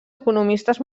economistes